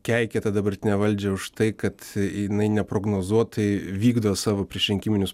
keikia tą dabartinę valdžią už tai kad jinai neprognozuotai vykdo savo priešrinkiminius